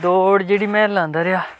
दौड़ जेह्ड़ी में लांदा रेहा